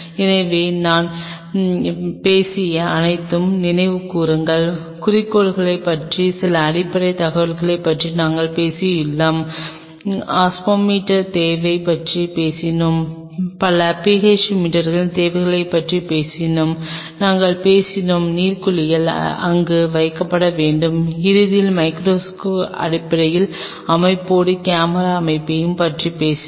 எனவே இன்று நாம் பேசிய அனைத்தையும் நினைவுகூருவோம் குறிக்கோள்களைப் பற்றிய சில அடிப்படை தகவல்களைப் பற்றி நாங்கள் பேசியுள்ளோம் ஓஸ்மோமீட்டரின் தேவை பற்றிப் பேசினோம் பல PH மீட்டர்களின் தேவையைப் பற்றி பேசினோம் நாங்கள் பேசினோம் நீர் குளியல் அங்கு வைக்கப்பட வேண்டும் இறுதியில் மைகிரோஸ்கோப் அடிப்படை அமைப்போடு கேமரா அமைப்பையும் பற்றி பேசினோம்